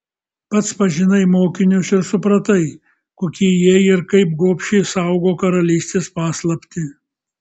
pats pažinai mokinius ir supratai kokie jie ir kaip gobšiai saugo karalystės paslaptį